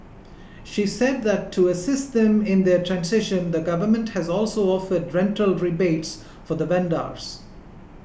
she said that to assist them in their transition the government has also offered rental rebates for the vendors